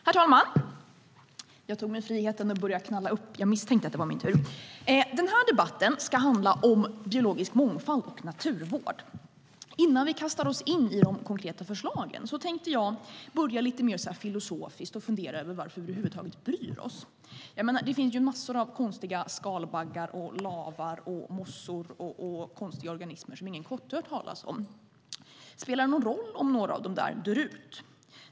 Herr talman! Denna debatt ska handla om biologisk mångfald och naturvård. Innan vi kastar oss in i de konkreta förslagen tänkte jag börja lite mer filosofiskt och fundera över varför vi över huvud taget bryr oss. Det finns ju massor av konstiga skalbaggar, lavar, mossor och konstiga organismer som inte en kotte har hört talas om. Spelar det någon roll om några av dem dör ut?